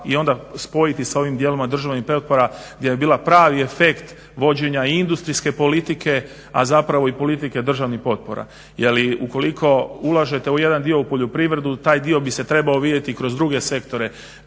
i onda spojiti sa ovim dijelom državnih potpora gdje bi bila pravi efekt vođenja i industrijske politike, a zapravo i politike državnih potpora. Jer ukoliko ulažete jedan dio u poljoprivredu taj dio bi se trebao vidjeti kroz druge sektore.